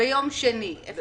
ביום שני הקרוב.